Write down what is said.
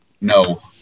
no